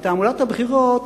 בתעמולת הבחירות,